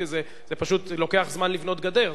זה פשוט לוקח זמן לבנות גדר,